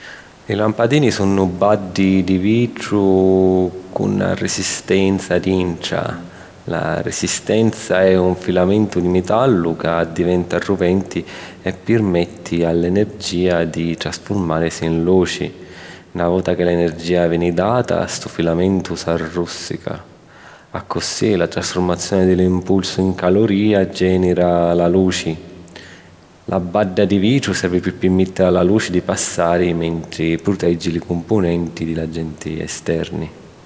Li lampadini sunnu baddi di vitru cu na risistenza dintra. La risistenza è un filamentu di metallu ca addiventa ruventi e pirmetti all’energìa di trasfurmàrisi in luci. Na vota ca l’energìa veni data, stu filamentu s’arrussìca. Accussì la trasfurmazioni di l’impulsu in calurìa gènira la luci. La badda di vitru servi pi pirmèttiri a la luci di passari, mentri pruteggi li cumpunenti di l'agenti esterni.